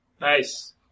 Nice